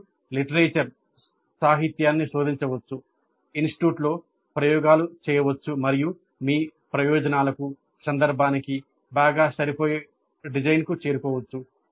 మీరు సాహిత్యాన్ని శోధించవచ్చు ఇన్స్టిట్యూట్లో ప్రయోగాలు చేయవచ్చు మరియు మీ ప్రయోజనాలకు సందర్భానికి బాగా సరిపోయే డిజైన్కు చేరుకోవచ్చు